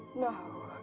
no.